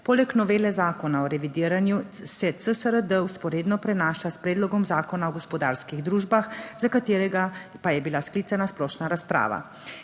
Poleg novele Zakona o revidiranju se CSRD vzporedno prenaša s predlogom zakona o gospodarskih družbah, za katerega pa je bila sklicana splošna razprava.